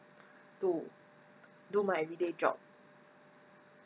to do my everyday job